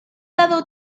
dado